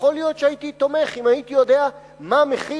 יכול להיות שהייתי תומך אם הייתי יודע מה מכיל